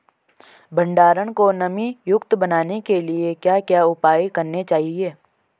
भंडारण को नमी युक्त बनाने के लिए क्या क्या उपाय करने चाहिए?